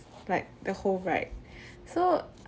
like the whole ride so